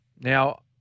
Now